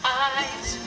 eyes